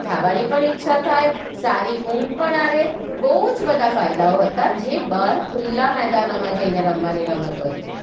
ખાવાની પણ ઈચ્છા થાય સારી ઊંઘ પણ આવે બહુ જ બધા ફાયદાઓ હતા જે બહાર ખુલ્લાં મેદાનોમાં જઈને રમવાની રમતો હતી